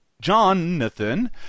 Jonathan